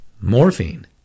Morphine